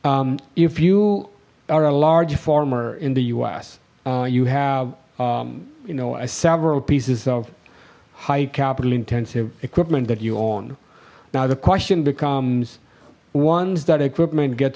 if you are a large former in the u s you have you know a several pieces of high capital intensive equipment that you own now the question becomes ones that equipment get